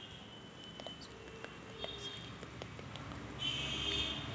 संत्र्याच्या पीकाले रासायनिक पद्धतीनं कस संभाळता येईन?